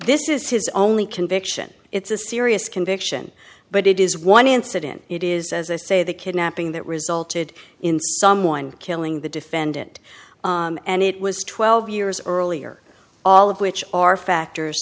this is his only conviction it's a serious conviction but it is one incident it is as i say the kidnapping that resulted in someone killing the defendant and it was twelve years earlier all of which are factors